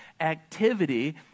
activity